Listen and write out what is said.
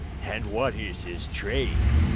and what is his trade?